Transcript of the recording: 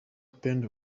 pendo